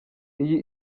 iyi